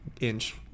inch